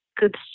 Good